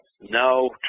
no